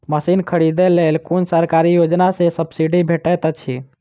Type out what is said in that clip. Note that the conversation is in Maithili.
मशीन खरीदे लेल कुन सरकारी योजना सऽ सब्सिडी भेटैत अछि?